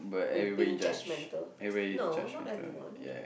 who'd being judgemental no not everyone